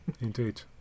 Indeed